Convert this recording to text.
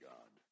God